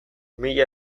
mila